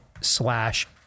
slash